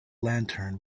lantern